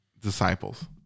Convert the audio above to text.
disciples